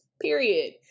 Period